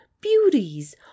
beauties